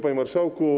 Panie Marszałku!